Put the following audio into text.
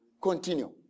Continue